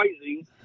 rising